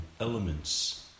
elements